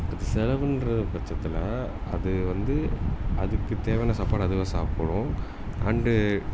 இதுக்கு செலவுன்றது பட்சத்தில் அது வந்து அதுக்குத் தேவையான சாப்பாடை அதுவே சாப்பிடும் அண்டு